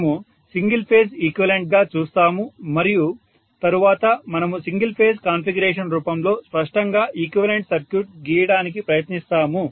మనము single phase equivalent గా చూస్తాము మరియు తరువాత మనము సింగిల్ ఫేజ్ కాన్ఫిగరేషన్ రూపంలో స్పష్టంగా ఈక్వివలెంట్ సర్క్యూట్ గీయడానికి ప్రయత్నిస్తాము